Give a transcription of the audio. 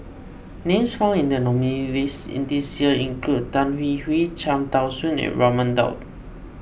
names found in the nominees in this year include Tan Hwee Hwee Cham Tao Soon and Raman Daud